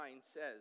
says